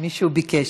שמישהו ביקש.